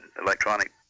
electronic